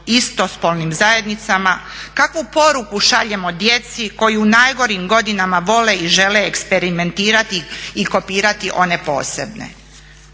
istospolnim zajednicama? Kakvu poruku šaljemo djeci koju u najgorim godinama vole i žele eksperimentirati i kopirati one posebne?